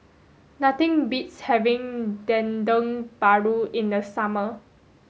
nothing beats having Dendeng Paru in the summer